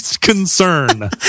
concern